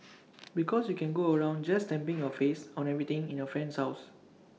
because you can go around just stamping your face on everything in your friend's house